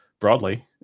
broadly